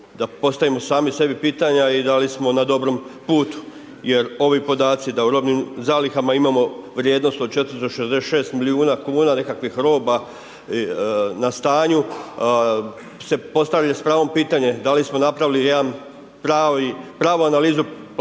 da postavimo sami sebi pitanja i da li smo na dobrom putu. Jer ovi podaci da u robnim zalihama imamo vrijednost od 466 milijuna kuna nekakvih roba na stanju, se postavlja s pravom pitanje, da li smo napravili jedno pravu analizu, pravu